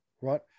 Right